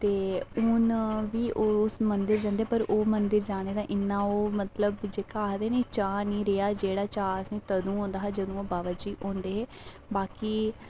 ते हून बी ओह् उस मदंर जंदे पर ओह् मदंर जाने दा इन्ना ओह् मतलब जेह्का आखदे नी कि चा नेईं रेहा जेह्ड़ा चा असेंगी तंदू होंदा हा जंदू बाबा जी होंदे हे बाकी